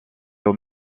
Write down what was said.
aux